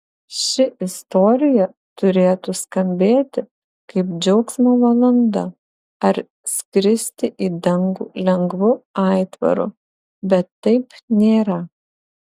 ši istorija turėtų skambėti kaip džiaugsmo valanda ar skristi į dangų lengvu aitvaru bet taip nėra